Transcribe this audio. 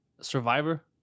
Survivor